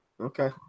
okay